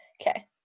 Okay